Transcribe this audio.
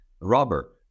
rubber